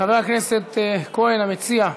חבר הכנסת כהן, המציע,